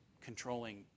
controlling